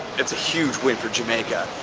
it's a huge win for jamaica.